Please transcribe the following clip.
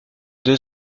deux